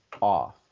off